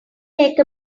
make